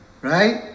right